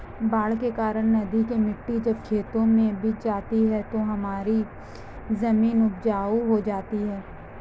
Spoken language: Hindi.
बाढ़ के कारण नदी की मिट्टी जब खेतों में बिछ जाती है तो हमारी जमीन उपजाऊ हो जाती है